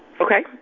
okay